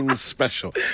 special